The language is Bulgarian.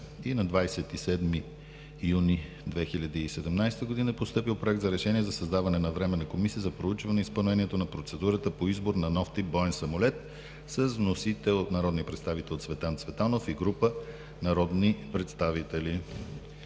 На 27 юни 2017 г. е постъпил Проект за решение за създаване на Временна комисия за проучване изпълнението на процедурата по избор на нов тип боен самолет. Вносители са народният представител Цветан Цветанов и група народни представители.